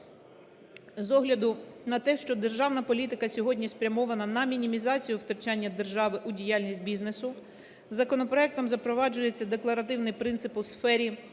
З огляду на те, що державна політика сьогодні спрямована на мінімізацію втручання держави у діяльність бізнесу, законопроектом запроваджується декларативний принцип у сфері